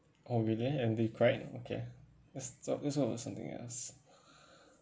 oh really and they cried okay let's talk about something else